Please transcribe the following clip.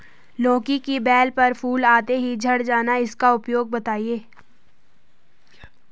लौकी की बेल पर फूल आते ही झड़ जाना इसका उपाय बताएं?